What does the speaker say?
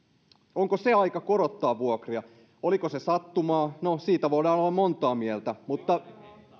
onko se aika korottaa vuokria oliko se sattumaa no siitä voidaan olla montaa mieltä mutta